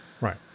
Right